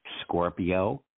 Scorpio